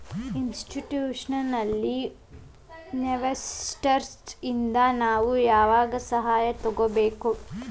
Institutional investors ಇಂದಾ ನಾವು ಯಾವಾಗ್ ಸಹಾಯಾ ತಗೊಬೇಕು?